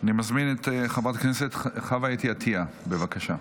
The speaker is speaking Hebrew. אני מזמין את חברת הכנסת חוה אתי עטייה, בבקשה.